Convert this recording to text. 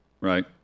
right